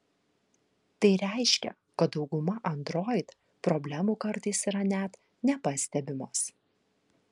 tai reiškia kad dauguma android problemų kartais yra net nepastebimos